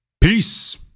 peace